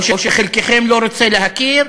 או שחלקכם לא רוצה להכיר,